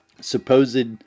supposed